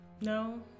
No